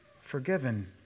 forgiven